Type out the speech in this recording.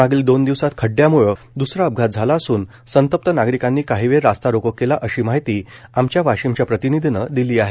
मागील दोन दिवसात खड्याम्ळं दुसरा अपघात झाला असून संतप्त नागतिकानी काही वेळ रास्ता रोको केला अशी माहिती आमची वाशिमच्या प्रतिनिधीने दिली आहे